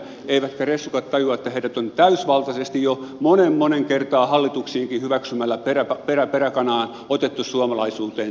eivätkä ressukat tajua että heidät on täysivaltaisesti jo moneen moneen kertaan hallituksiinkin hyväksymällä peräkanaa otettu suomalaisuuteen täysillä mukaan